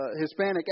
Hispanic